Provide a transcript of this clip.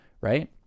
right